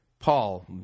paul